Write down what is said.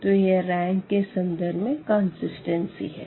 तो यह रैंक के सन्दर्भ में कंसिस्टेंसी है